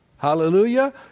Hallelujah